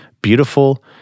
beautiful